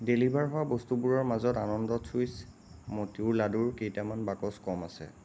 deliver হোৱা বস্তুবোৰৰ মাজত আনন্দ চুইট্ছ মটিউৰ লাড়ুৰ কেইটামান বাকচ কম আছে